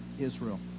Israel